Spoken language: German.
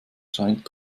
scheint